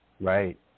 right